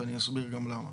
ואני אסביר גם למה.